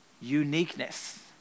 uniqueness